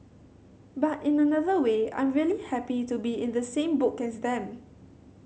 but in another way I'm really happy to be in the same book as them